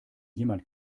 jemand